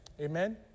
Amen